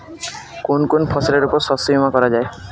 কোন কোন ফসলের উপর শস্য বীমা করা যায়?